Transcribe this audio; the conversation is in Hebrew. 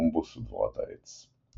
הבומבוס ודבורת-העץ.